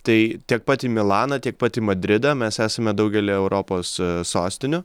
tai tiek pat į milaną tiek pat į madridą mes esame daugelyje europos sostinių